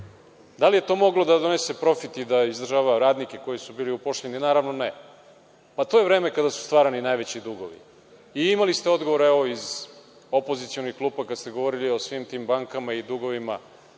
Da li je to moglo da donese profit i da izdržava radnike koji su bili upoljšeni? Naravno - ne. To je vreme kada su stvarani najveći dugovi. Imali ste odgovore iz opozicionih klupa kada ste govorili o svim tim bankama i dugovima